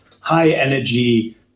high-energy